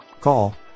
Call